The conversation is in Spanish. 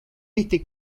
este